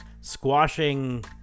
squashing